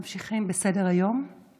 נגד, אין, נמנעים, אין.